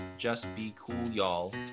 justbecoolyall